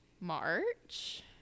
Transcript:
March